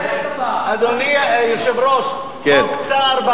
אדוני היושב-ראש, המסך שלי נמחק.